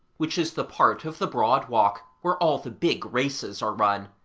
which is the part of the broad walk where all the big races are run